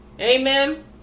Amen